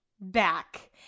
back